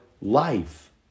life